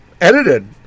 edited